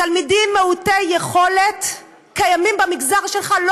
תלמידים מעוטי יכולת קיימים במגזר שלך לא